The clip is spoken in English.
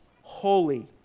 holy